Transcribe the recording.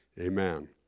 Amen